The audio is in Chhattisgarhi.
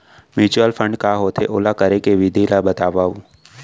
म्यूचुअल फंड का होथे, ओला करे के विधि ला बतावव